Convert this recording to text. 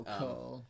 cool